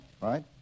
right